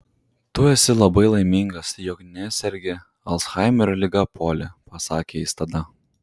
tu esi labai laimingas jog nesergi alzhaimerio liga poli pasakė jis tada